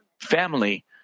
family